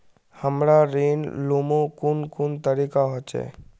हमरा ऋण लुमू कुन कुन तरीका होचे?